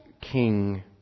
King